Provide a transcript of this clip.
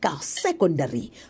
secondary